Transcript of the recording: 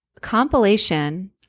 compilation